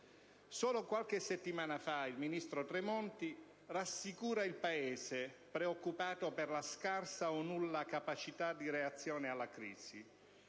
Solo qualche settimana fa il ministro Tremonti rassicura il Paese, preoccupato per la scarsa o nulla capacità di reazione alla crisi,